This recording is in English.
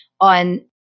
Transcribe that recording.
on